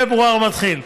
ב-1 בפברואר הוא מתחיל.